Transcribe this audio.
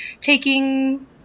taking